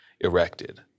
erected